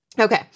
Okay